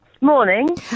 Morning